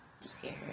scared